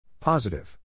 Positive